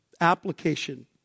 application